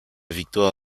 victoire